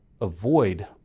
avoid